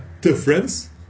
difference